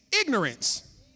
ignorance